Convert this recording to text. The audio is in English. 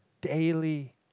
daily